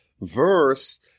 verse